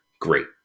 Great